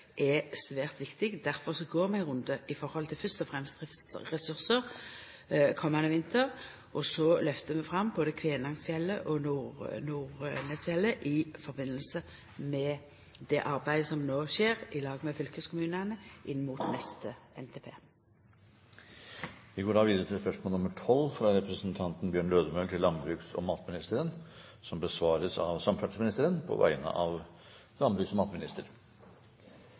og fremst gjeld ressursar komande vinter, og så lyfter vi fram både Kvænangsfjellet og Nordnesfjellet i samband med det arbeidet som no skjer i lag med fylkeskommunane, inn mot neste NTP. Vi går så til spørsmål 12. Dette spørsmålet, fra representanten Bjørn Lødemel til landbruks- og matministeren, vil bli besvart av samferdselsministeren på vegne av landbruks- og